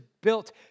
built